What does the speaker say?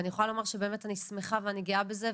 אז אני יכולה לומר שבאמת אני שמחה ואני גאה בזה,